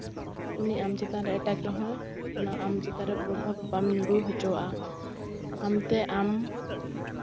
ᱩᱱᱤ ᱟᱢ ᱪᱮᱛᱟᱱ ᱨᱮ ᱮᱴᱟᱜ ᱨᱮᱦᱚᱸᱭ ᱚᱱᱟ ᱟᱢ ᱪᱮᱛᱟᱱ ᱨᱮ ᱯᱨᱚᱵᱷᱟᱵ ᱵᱟᱢ ᱧᱩᱨᱩ ᱦᱚᱪᱚᱟᱜᱼᱟ ᱟᱢᱛᱮ ᱟᱢ